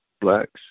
blacks